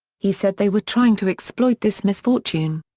he said they were trying to exploit this misfortune.